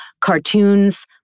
Cartoons